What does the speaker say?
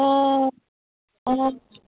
অ' অঁ